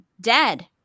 dead